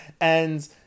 And-